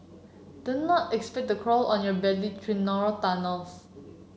do not expect to crawl on your belly through narrow tunnels